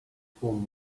from